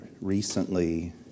recently